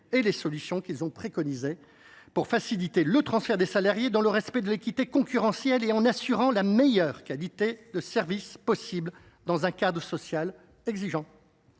et les solutions qu’ils ont préconisées pour faciliter le transfert des salariés, dans le respect de l’équité concurrentielle et en assurant la meilleure qualité de service possible dans un cadre social exigeant.